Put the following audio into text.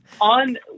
on